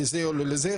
לזה או לזה,